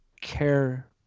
care